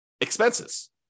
expenses